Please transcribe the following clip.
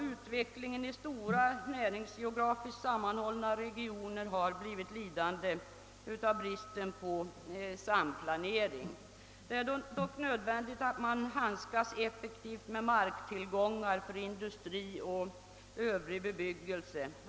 Utvecklingen i stora, näringsgeografiskt sammanhållna regioner har blivit lidande av bristen på samplanering. Det är dock nödvändigt att man handskas effektivt med marktillgångar för industri och övrig bebyggelse.